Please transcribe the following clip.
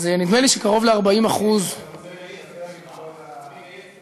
נדמה לי שקרוב ל-40% הוא מגייס תומכים להצעה,